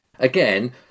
Again